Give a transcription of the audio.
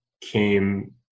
came